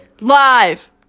Live